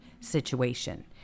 situation